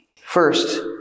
first